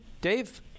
dave